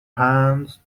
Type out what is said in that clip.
hands